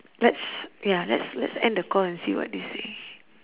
let's ya let's let's end the call and see what they say